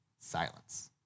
Silence